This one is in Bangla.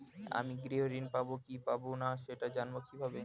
আমি গৃহ ঋণ পাবো কি পাবো না সেটা জানবো কিভাবে?